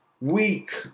week